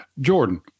Jordan